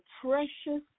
precious